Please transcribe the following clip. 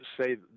say